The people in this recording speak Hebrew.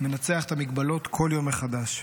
מנצח את המגבלות כל יום מחדש.